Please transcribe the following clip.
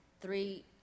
three